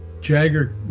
Jagger